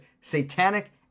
Satanic